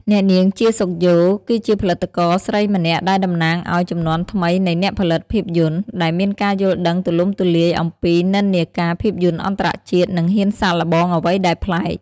អ្នកនាង ជា សុខយ៉ូ គឺជាផលិតករស្រីម្នាក់ដែលតំណាងឱ្យ ជំនាន់ថ្មីនៃអ្នកផលិតភាពយន្ត ដែលមានការយល់ដឹងទូលំទូលាយអំពីនិន្នាការភាពយន្តអន្តរជាតិ និងហ៊ានសាកល្បងអ្វីដែលប្លែក។